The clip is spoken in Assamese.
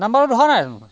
নম্বৰটো ধৰা নাই দেখোন